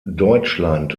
deutschland